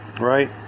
Right